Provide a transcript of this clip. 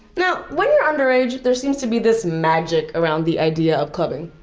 now when you're under age there seems to be this magic around the idea of clubbing,